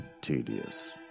tedious